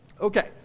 Okay